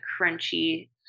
crunchy